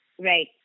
Right